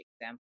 example